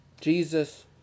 Jesus